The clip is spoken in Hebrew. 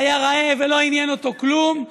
היה רעב ולא עניין אותו כלום,